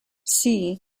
see